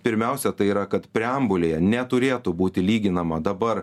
pirmiausia tai yra kad preambulėje neturėtų būti lyginama dabar